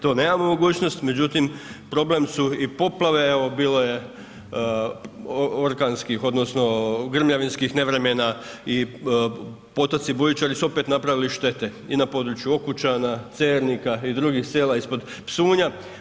To nemamo mogućnost, međutim, problem su i poplave, evo, bilo je orkanskih, odnosno grmljavinskih nevremena i potoci bujičari su opet napravili štete i na području Okučana, Cernika i drugih sela ispod Psunja.